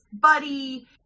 buddy